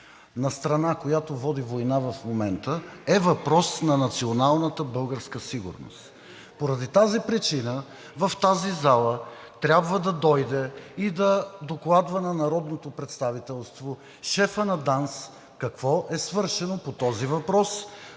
на страна, която води война в момента, е въпрос за националната българска сигурност. Поради тази причина в тази зала трябва да дойде и да докладва на народното представителство шефът на ДАНС какво е свършено по този въпрос,